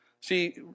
See